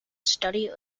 study